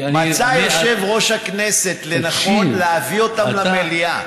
אני, מצא יושב-ראש הכנסת לנכון להביא אותן למליאה.